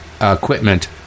equipment